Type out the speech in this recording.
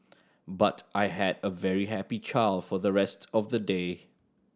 but I had a very happy child for the rest of the day